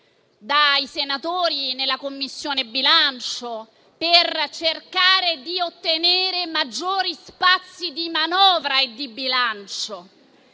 dai senatori nella Commissione bilancio, per cercare di ottenere maggiori spazi di manovra di bilancio.